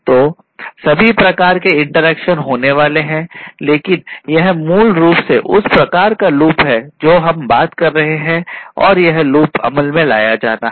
तो सभी प्रकार के इंटरैक्शन होने वाले हैं लेकिन यह मूल रूप से उस प्रकार का लूप है जो हम बात कर रहे हैं और यह लूप अमल में लाया जाना है